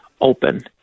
open